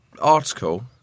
article